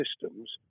systems